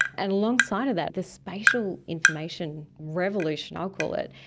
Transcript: and alongside of that the spatial information revolution, i'll call it,